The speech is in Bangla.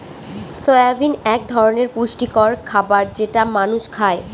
সয়াবিন এক ধরনের পুষ্টিকর খাবার যেটা মানুষ খায়